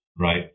Right